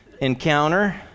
encounter